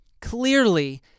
Clearly